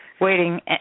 waiting